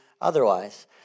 otherwise